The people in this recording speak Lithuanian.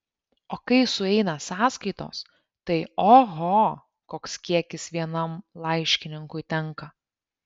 o kai sueina sąskaitos tai oho koks kiekis vienam laiškininkui tenka